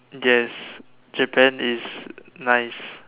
yes Japan is nice